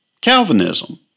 Calvinism